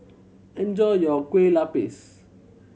enjoy your Kueh Lapis